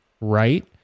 right